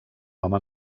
home